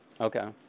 Okay